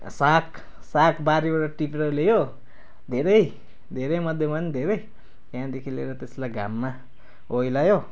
साग साग बारीबाट टिपेर ल्यायो धेरै धेरैमध्येमा पनि धेरै त्यहाँदेखि ल्याएर त्यसलाई घाममा ओइलायो